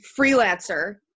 freelancer